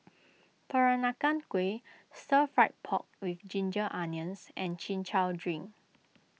Peranakan Kueh Stir Fried Pork with Ginger Onions and Chin Chow Drink